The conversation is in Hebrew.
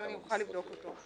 אבל אני אוכל לבדוק אותו.